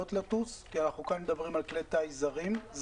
אנחנו כאן מדברים על כלי טיס זרים.